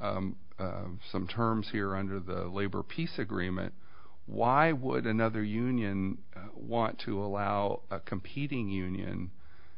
some terms here under the labor peace agreement why would another union want to allow a competing union